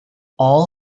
all